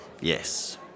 Yes